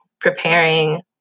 preparing